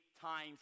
times